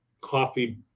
coffee